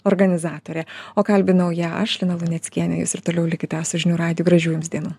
organizatorė o kalbinau ją aš lina luneckienė jūs ir toliau likite su žinių radiju gražių jums dienų